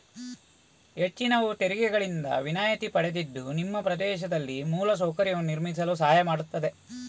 ಹೆಚ್ಚಿನವು ತೆರಿಗೆಗಳಿಂದ ವಿನಾಯಿತಿ ಪಡೆದಿದ್ದು ನಿಮ್ಮ ಪ್ರದೇಶದಲ್ಲಿ ಮೂಲ ಸೌಕರ್ಯವನ್ನು ನಿರ್ಮಿಸಲು ಸಹಾಯ ಮಾಡ್ತದೆ